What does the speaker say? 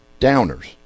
downers